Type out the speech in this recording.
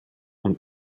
und